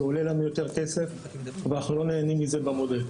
זה עולה לנו יותר כסף אבל אנחנו לא נהנים מזה במודל.